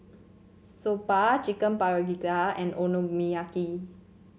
Soba Chicken Paprika and Okonomiyaki